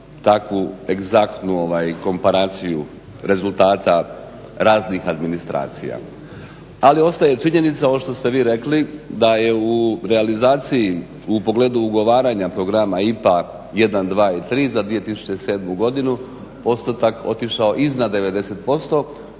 takvu egzaktnu operaciju rezultata raznih administracija. Ali ostaje činjenica ovo što ste vi rekli da je u realizaciji u pogledu ugovaranja programa IPA I, II i III za 2007.godinu postotak otišao iznad 90%